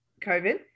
covid